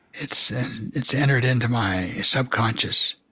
it's it's entered into my subconscious